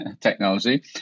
technology